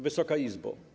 Wysoka Izbo!